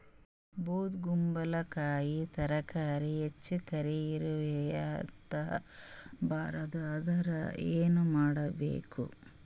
ಬೊದಕುಂಬಲಕಾಯಿ ತರಕಾರಿ ಹೆಚ್ಚ ಕರಿ ಇರವಿಹತ ಬಾರದು ಅಂದರ ಏನ ಮಾಡಬೇಕು?